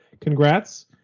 congrats